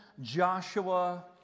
joshua